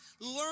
Learn